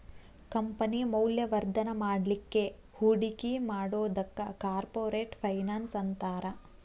company ಮೌಲ್ಯವರ್ಧನ ಮಾಡ್ಲಿಕ್ಕೆ ಹೂಡಿಕಿ ಮಾಡೊದಕ್ಕ ಕಾರ್ಪೊರೆಟ್ ಫೈನಾನ್ಸ್ ಅಂತಾರ